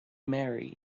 mary